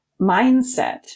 mindset